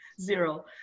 zero